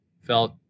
felt